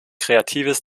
kreatives